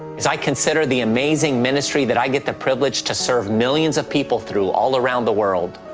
as i consider the amazing ministry that i get the privilege to serve millions of people through all around the world,